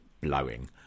blowing